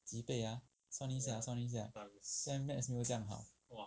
几倍 ah 算一下算一下 maths 没有这样好